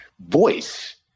voice